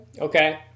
okay